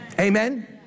Amen